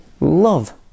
love